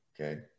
okay